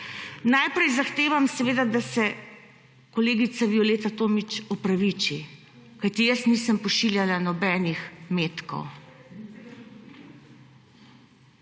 Najprej zahtevam seveda, da se kolegica Violeta Tomić opraviči, kajti jaz nisem pošiljala nobenih metkov.